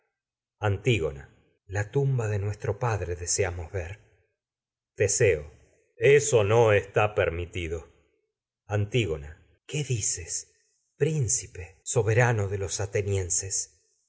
antígona la tumba de nuestro padre desea mos ver teseo eso no está permitido príncipe antígona atenienses teseo qué dices soberano de los